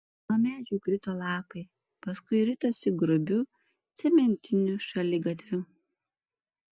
nuo medžių krito lapai paskui ritosi grubiu cementiniu šaligatviu